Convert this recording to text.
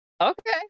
Okay